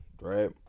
right